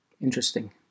Interesting